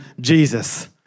Jesus